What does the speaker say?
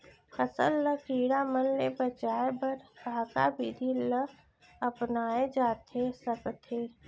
फसल ल कीड़ा मन ले बचाये बर का का विधि ल अपनाये जाथे सकथे?